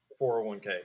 401k